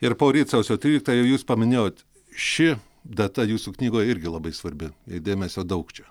ir poryt sausio tryliktą jau jūs paminėjot ši data jūsų knygoje irgi labai svarbi ir dėmesio daug čia